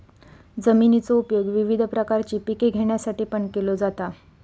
जमिनीचो उपयोग विविध प्रकारची पिके घेण्यासाठीपण केलो जाता